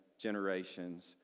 generations